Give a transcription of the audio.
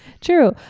True